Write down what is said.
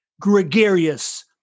gregarious